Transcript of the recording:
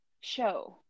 show